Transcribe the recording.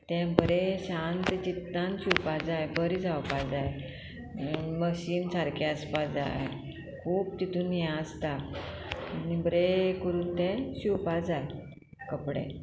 तें बरें शांत चित्तान शिवपा जाय बरें जावपा जाय मशीन सारकें आसपा जाय खूब तितून हें आसता आनी बरें करून तें शिवपा जाय कपडे